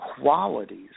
qualities